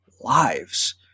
lives